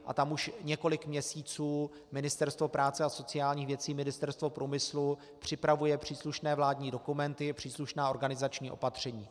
A tam už několik měsíců Ministerstvo práce a sociálních věcí, Ministerstvo průmyslu připravuje příslušné vládní dokumenty, příslušná organizační opatření.